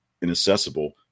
inaccessible